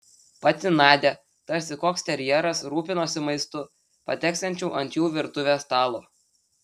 pati nadia tarsi koks terjeras rūpinosi maistu pateksiančiu ant jų virtuvės stalo